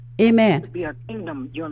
Amen